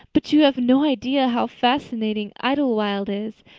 but you have no idea how fascinating idlewild is.